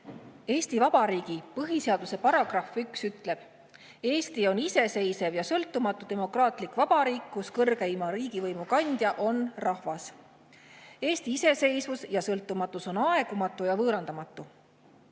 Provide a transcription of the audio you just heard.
Eesti Vabariigi põhiseaduse § 1 ütleb: "Eesti on iseseisev ja sõltumatu demokraatlik vabariik, kus kõrgeima riigivõimu kandja on rahvas. Eesti iseseisvus ja sõltumatus on aegumatu ning võõrandamatu."1940.